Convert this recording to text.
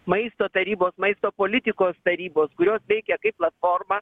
maisto tarybos maisto politikos tarybos kurios veikia kaip platforma